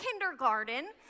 kindergarten